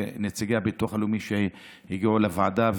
ולנציגי הביטוח הלאומי שהגיעו לוועדה,